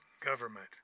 government